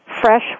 fresh